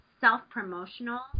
self-promotional